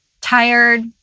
tired